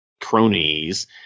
cronies